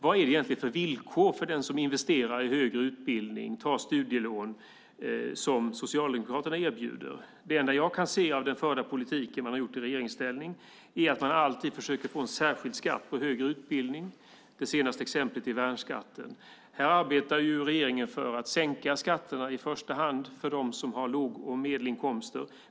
Vad är det egentligen för villkor för den som investerar i högre utbildning och tar studielån som Socialdemokraterna erbjuder? Det enda som jag kan se av den politik som man har fört i regeringsställning är att man alltid försöker få en särskild skatt på högre utbildning. Det senaste exemplet är värnskatten. Här arbetar regeringen för att sänka skatterna i första hand för låg och medelinkomsttagare.